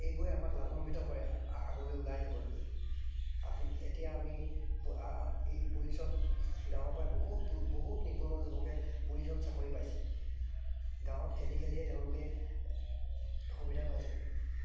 এইবোৰে আমাক লাভাম্বিত কৰে আগলৈ ওলাই যাবলৈ আপুনি এতিয়া আমি এই পুলিচত গাঁৱৰ পৰাই বহুত বহুত নিবনুৱা যুৱকে পুলিচত চাকৰি পাইছে গাঁৱত খেলি খেলিয়ে তেওঁলোকে সুবিধা পাইছে